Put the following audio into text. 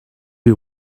you